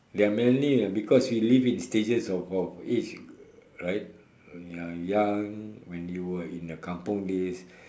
there are many ah because we live in stages of of age right ya young when you were in your kampung days